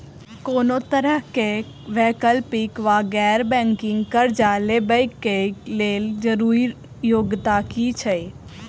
कोनो तरह कऽ वैकल्पिक वा गैर बैंकिंग कर्जा लेबऽ कऽ लेल जरूरी योग्यता की छई?